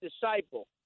disciple